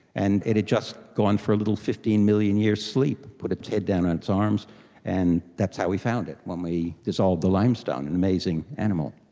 and it had just gone from little fifteen million year sleep, put its head down on its arms and that's how we found it when we dissolved the limestone. an amazing animal.